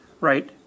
Right